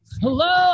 hello